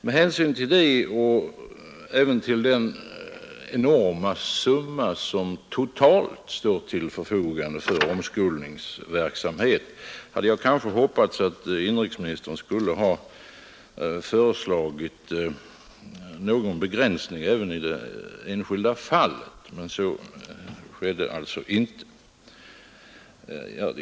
Med hänsyn till det och även till den enorma summa som totalt står till förfogande för omskolningsverksamhet hade jag kanske hoppats att inrikesministern skulle ha föreslagit någon begränsning även i det enskilda fallet, men så skedde alltså inte.